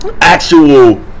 actual